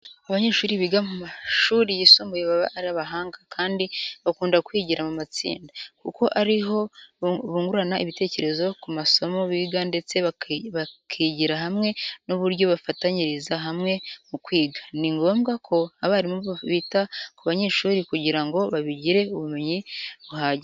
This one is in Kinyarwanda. Abanyeshuri biga mu mashuri yisumbuye baba ari abahanga kandi bakunda kwigira mu matsinda, kuko ari ho bungurana ibitekerezo ku masomo biga ndetse bakigira hamwe n'uburyo bafatanyiriza hamwe mu kwiga. Ni ngombwa ko abarimu bita ku banyeshuri kugira ngo bagire ubumenyi buhagije.